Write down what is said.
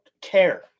care